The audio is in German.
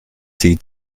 sie